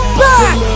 back